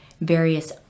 Various